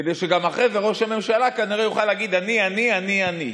כדי שאחרי זה ראש הממשלה כנראה יוכל להגיד אני אני אני אני.